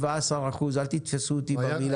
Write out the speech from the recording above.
אל תתפסו אותי במילה.